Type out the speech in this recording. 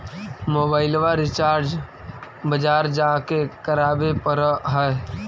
मोबाइलवा रिचार्ज बजार जा के करावे पर है?